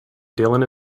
dylan